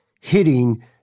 hitting –